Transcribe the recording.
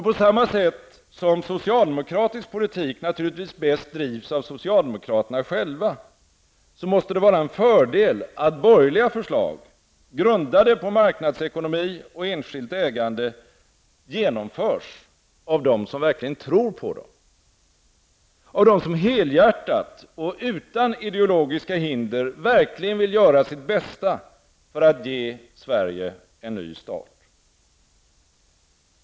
På samma sätt som socialdemokratisk politik naturligtvis bäst drivs av socialdemokraterna själva, måste det vara en fördel att borgerliga förslag, grundade på marknadsekonomi och enskilt ägande, genomförs av dem som verkligen tror på förslagen. De skall genomföras av dem som helhjärtat och utan ideologiska hinder verkligen vill göra sitt bästa för att ge Sverige en ny start.